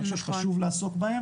אני חושב שאלה דברים שצריך לעסוק בהם.